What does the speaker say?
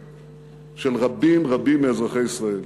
של רבים רבים מאזרחי ישראל.